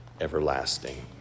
everlasting